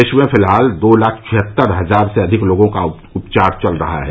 देश में फिलहाल दो लाख छिहत्तर हजार से अधिक लोगों का उपचार चल रहा है